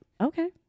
okay